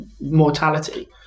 mortality